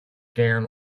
scan